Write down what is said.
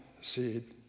seed